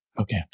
Okay